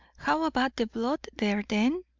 how about the blood there, then?